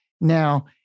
Now